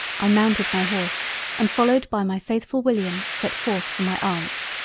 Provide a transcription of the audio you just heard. i mounted my horse and followed by my faithful william set forth for my aunts.